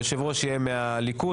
היושב-ראש יהיה מהליכוד,